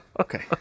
Okay